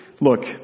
look